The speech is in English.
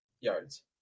Yards